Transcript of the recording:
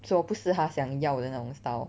说不是他想要的那种 style